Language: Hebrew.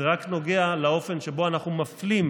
זה רק נוגע לאופן שבו אנחנו מפלים.